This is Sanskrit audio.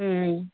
हा